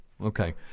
Okay